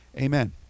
Amen